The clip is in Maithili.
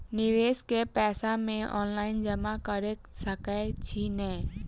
निवेश केँ पैसा मे ऑनलाइन जमा कैर सकै छी नै?